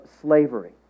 slavery